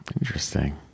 Interesting